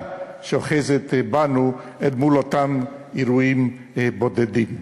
שאוחזת בנו אל מול אותם אירועים בודדים.